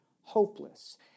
hopeless